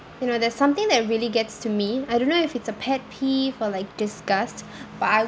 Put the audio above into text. you know there's something that really gets to me I don't know if it's a pet peeve or like disgust but I